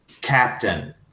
captain